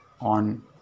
on